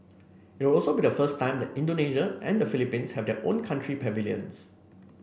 it will also be the first time that Indonesia and the Philippines have their own country pavilions